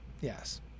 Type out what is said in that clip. yes